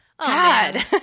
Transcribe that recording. God